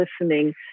listening